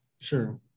Sure